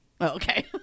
Okay